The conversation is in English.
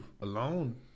alone